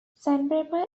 sandpaper